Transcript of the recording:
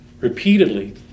repeatedly